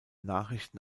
nachrichten